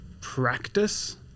practice